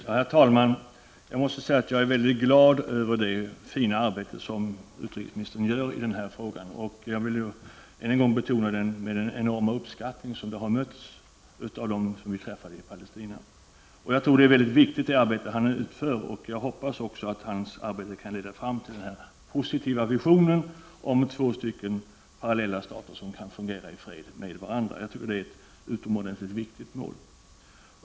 Herr talman! Jag måste säga att jag är mycket glad över det fina arbete som utrikesministern gör i denna fråga. Jag vill än en gång betona med vilken enorm uppskattning det har mötts av dem som vi träffade i Palestina. Jag tror att det arbete han utför är mycket viktigt, och jag hoppas också att hans arbete kan leda fram till den positiva visionen om två parallella stater som kan fungera i fred med varandra. Jag tycker att det är ett mycket viktigt mål.